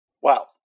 Wow